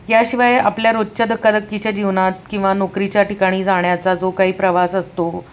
याशिवाय आपल्या रोजच्या धकाधकीच्या जीवनात किंवा नोकरीच्या ठिकाणी जाण्याचा जो काही प्रवास असतो